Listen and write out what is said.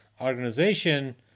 organization